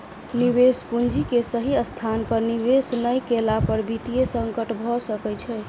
निवेश पूंजी के सही स्थान पर निवेश नै केला पर वित्तीय संकट भ सकै छै